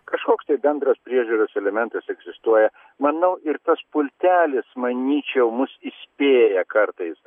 kažkoks tai bendras priežiūros elementas egzistuoja manau ir tas pultelis manyčiau mus įspėja kartais